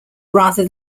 rather